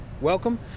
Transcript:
Welcome